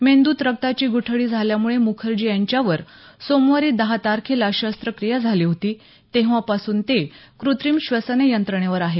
मेंदूत रक्ताची गुठळी झाल्यामुळे मुखर्जी यांच्यावर सोमवारी दहा तारखेला शस्त्रक्रिया झाली होती तेव्हापासून ते कृत्रीम श्वसन यंत्रणेवर आहेत